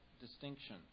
distinction